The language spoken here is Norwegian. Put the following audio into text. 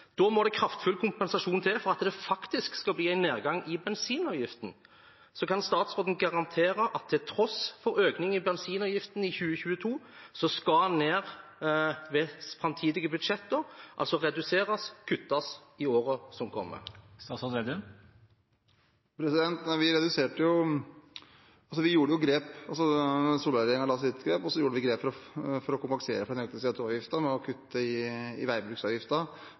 Da må det kraftfull kompensasjon til for at det faktisk skal bli en nedgang i bensinavgiften. Kan statsråden garantere at bensinavgiften, til tross for økning i bensinavgiften i 2022, skal ned ved framtidige budsjetter – altså reduseres, kuttes, i årene som kommer? Vi gjorde jo grep. Solberg-regjeringen gjorde sitt grep, og så gjorde vi grep for å kompensere for en økning i CO 2 -avgiften ved å kutte i veibruksavgiften både på vanlig diesel og bensin i